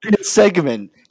segment